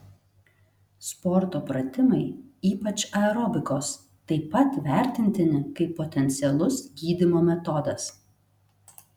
sporto pratimai ypač aerobikos taip pat vertintini kaip potencialus gydymo metodas